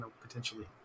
potentially